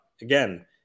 again